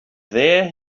there